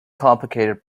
complicated